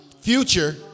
future